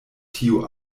tiu